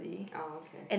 oh okay